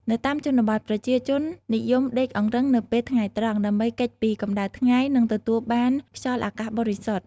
នៅតាមជនបទ ប្រជាជននិយមដេកអង្រឹងនៅពេលថ្ងៃត្រង់ ដើម្បីគេចពីកម្ដៅថ្ងៃ និងទទួលបានខ្យល់អាកាសបរិសុទ្ធ។